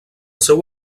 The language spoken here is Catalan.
seu